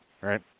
right